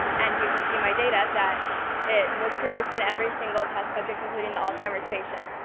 and you can see my data, that it was produced in every single test subject, including the alzheimer's patient.